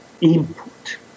input